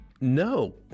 No